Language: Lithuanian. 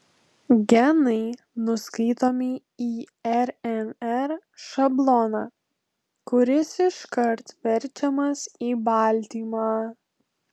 genai nuskaitomi į rnr šabloną kuris iškart verčiamas į baltymą